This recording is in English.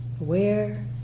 aware